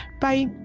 bye